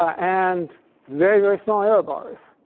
and very, very small error bars.